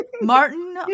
Martin